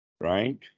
right